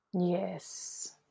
Yes